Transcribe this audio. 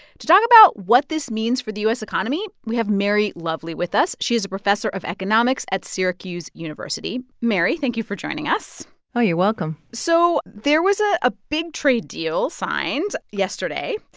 to talk about what this means for the u s. economy, we have mary lovely with us. she is a professor of economics at syracuse university mary, thank you for joining us oh, you're welcome so there was ah a big trade deal signed yesterday.